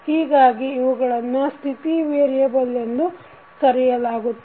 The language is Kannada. ಹೀಗಾಗಿ ಇವುಗಳನ್ನು ಸ್ಥಿತಿ ವೇರಿಯಬಲ್ ಎಂದು ಕರೆಯಲಾಗುತ್ತದೆ